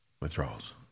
withdrawals